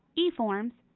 eforms,